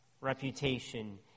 reputation